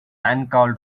uncalled